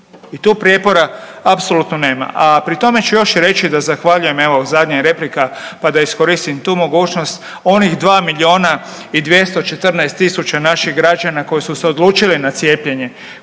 i tu prijepora apsolutno nema. A pri tome ću još reći da zahvaljujem evo zadnja je replika pa da iskoristim tu mogućnost onih 2 milijuna i 214 tisuća naših građana koji su se odlučili na cijepljenje,